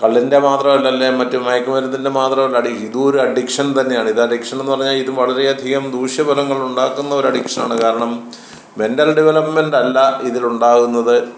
കള്ളിൻ്റെ മാത്രമല്ല മറ്റ് മയക്ക് മരുന്നിൻ്റെ മാത്രമല്ല അഡിക്ഷൻ ഇത് ഒരു അഡിക്ഷൻ തന്നെയാണ് ഇത് അഡിക്ഷൻ എന്ന് പറഞ്ഞാൽ ഇത് വളരെ അധികം ദൂഷ്യഫലങ്ങൾ ഉണ്ടാക്കുന്ന ഒരു അഡിക്ഷനാണ് കാരണം മെൻ്റൽ ഡെവലപ്മെൻ്റ് അല്ല ഇതിലുണ്ടാകുന്നത്